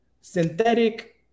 synthetic